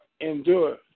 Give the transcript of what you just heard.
endure